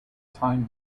time